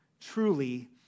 truly